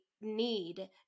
need